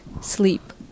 sleep